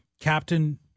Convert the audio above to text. Captain